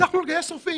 שהצלחנו לגייס רופאים.